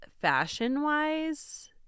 fashion-wise